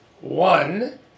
One